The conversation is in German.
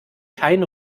kein